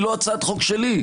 והיא לא הצעת חוק שלי,